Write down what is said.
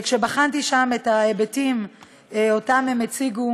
כשבחנתי שם את ההיבטים שאותם הם הציגו